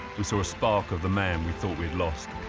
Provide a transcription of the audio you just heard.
we saw a spark of the man we thought we'd lost.